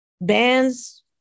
bands